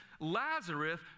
Lazarus